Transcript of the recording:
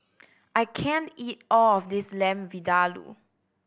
I can't eat all of this Lamb Vindaloo